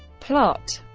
plot